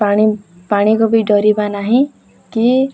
ପାଣି ପାଣିକୁ ବି ଡରିବା ନାହିଁ କି